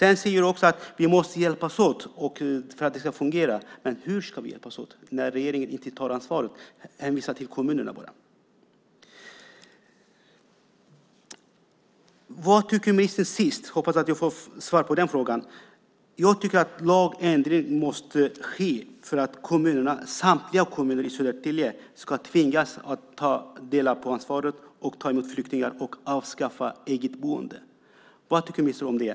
Sedan säger du att vi måste hjälpas åt för att det ska fungera. Men hur ska vi hjälpas åt när regeringen inte tar ansvaret, bara hänvisar till kommunerna? Sedan undrar jag vad ministern tycker. Jag hoppas att jag får svar på den frågan. Jag tycker att en lagändring måste ske för att samtliga kommuner ska tvingas att dela på ansvaret och ta emot flyktingar och att man ska avskaffa eget boende. Vad tycker ministern om det?